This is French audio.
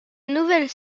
nouvelles